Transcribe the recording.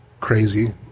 crazy